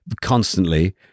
constantly